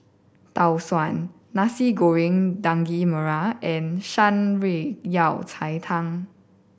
Tau Suan Nasi Goreng Daging Merah and Shan Rui Yao Cai Tang